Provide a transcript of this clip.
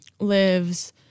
lives